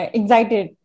excited